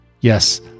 Yes